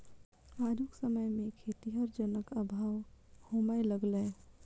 आजुक समय मे खेतीहर जनक अभाव होमय लगलै